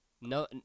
No